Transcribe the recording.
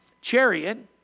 chariot